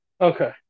Okay